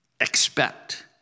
expect